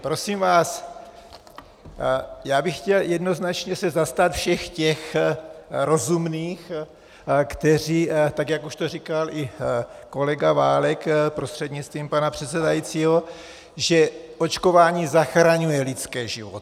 Prosím vás, já bych se chtěl jednoznačně zastat všech těch rozumných, tak jak už to říkal i kolega Válek prostřednictvím pana předsedajícího, že očkování zachraňuje lidské životy.